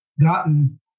gotten